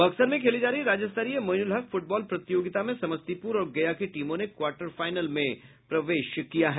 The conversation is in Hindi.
बक्सर में खेली जा रही राज्य स्तरीय मोइनुलहक फुटबॉल प्रतियोगिता में समस्तीपुर और गया की टीमों ने क्वार्टर फाइनल में प्रवेश किया है